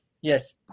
Yes